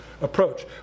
approach